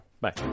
bye